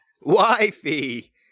Wifey